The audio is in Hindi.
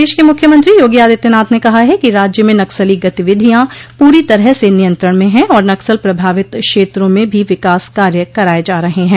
प्रदेश के मुख्यमंत्री योगी आदित्यनाथ ने कहा है कि राज्य में नक्सली गतिविधियां पूरी तरह से नियंत्रण में है और नक्सल प्रभावित क्षेत्रों में भी विकास कार्य कराये जा रहे हैं